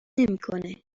نمیکنه